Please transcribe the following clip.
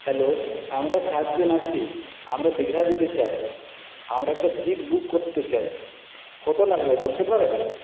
hello আমরা সাতজন আছি আমরা দীঘা যেতে চাই আমরা একটা জিপ বুক করতে চাই কত লাগবে বলতে পারেন